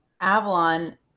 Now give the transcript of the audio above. Avalon